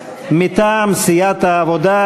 מטעם סיעת העבודה: